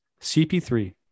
CP3